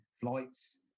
flights